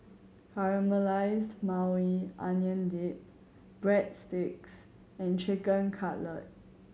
Caramelized Maui Onion Dip Breadsticks and Chicken Cutlet